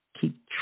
Keep